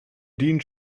dean